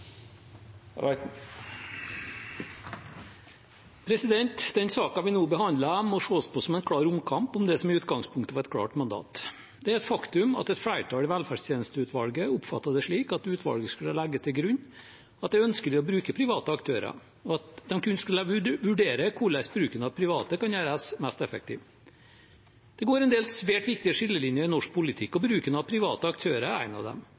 Den saken vi nå behandler, må ses på som en klar omkamp om det som i utgangspunktet var et klart mandat. Det er et faktum at et flertall i velferdstjenesteutvalget oppfatter det slik at utvalget skulle legge til grunn at det er ønskelig å bruke private aktører, og at de kun skulle vurdere hvordan bruken av private kan gjøres mest mulig effektiv. Det går en del svært viktig skillelinjer i norsk politikk, og bruken av private aktører er én av dem.